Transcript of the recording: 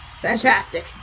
Fantastic